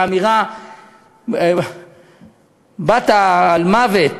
האמירה בת האלמוות